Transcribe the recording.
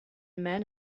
man